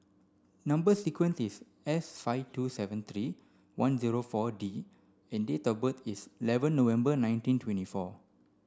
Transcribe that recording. number sequence is S five two seven three one zero four D and date of birth is eleven November nineteen twenty four